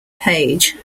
page